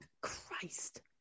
Christ